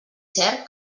cert